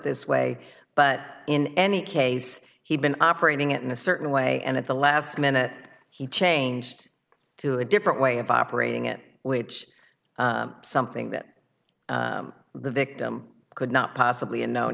this way but in any case he'd been operating it in a certain way and at the last minute he changed to a different way of operating it which something that the victim could not possibly have know